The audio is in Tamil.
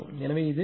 எனவே அது 0